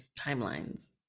timelines